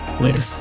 later